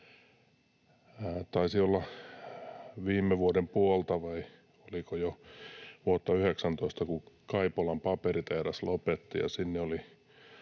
Taisi olla viime vuoden puolta vai oliko jo vuotta 19, kun Kaipolan paperitehdas lopetti.